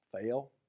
fail